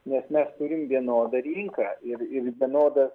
nes mes turime vienodą rinką ir ir vienodas